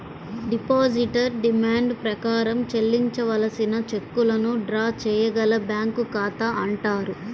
depositor demand ప్రకారం చెల్లించవలసిన చెక్కులను డ్రా చేయగల బ్యాంకు ఖాతా అంటారు